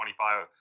25